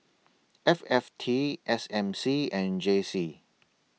F F T S M C and J C